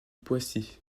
poissy